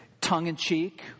tongue-in-cheek